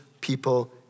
people